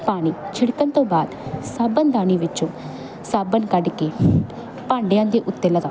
ਪਾਣੀ ਛਿੜਕਣ ਤੋਂ ਬਾਅਦ ਸਾਬਣ ਦਾਨੀ ਵਿੱਚੋਂ ਸਾਬਣ ਕੱਢ ਕੇ ਭਾਂਡਿਆਂ ਦੇ ਉੱਤੇ ਲਗਾਓ